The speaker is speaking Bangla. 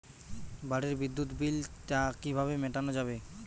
বাড়ির বিদ্যুৎ বিল টা কিভাবে মেটানো যাবে?